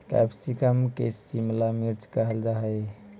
capsicum के शिमला मिर्च कहल जा हइ